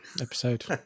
episode